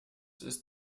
ist